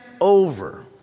over